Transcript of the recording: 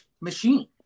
machine